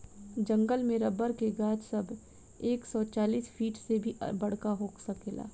जंगल में रबर के गाछ सब एक सौ चालीस फिट से भी बड़का हो सकेला